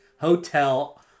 hotel